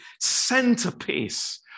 centerpiece